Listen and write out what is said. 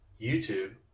YouTube